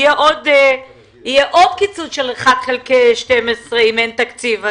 13%, יהיה עוד קיצוץ של 1/12 אם אין תקציב.